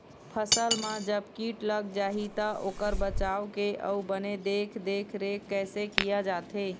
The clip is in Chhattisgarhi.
फसल मा जब कीट लग जाही ता ओकर बचाव के अउ बने देख देख रेख कैसे किया जाथे?